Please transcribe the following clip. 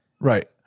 right